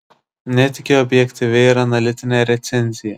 netikiu objektyvia ir analitine recenzija